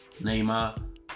neymar